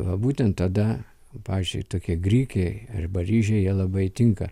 va būtent tada pavyzdžiui tokie grikiai arba ryžiai jie labai tinka